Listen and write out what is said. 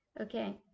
Okay